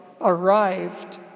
arrived